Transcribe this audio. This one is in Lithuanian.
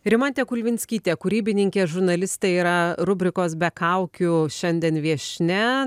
rimantė kulvinskitė kūrybininkė žurnalistė yra rubrikos be kaukių šiandien viešnia